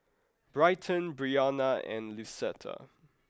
Bryton Brionna and Lucetta